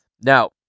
Now